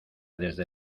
desde